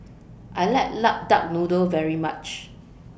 I like Lock Duck Noodle very much